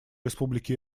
республики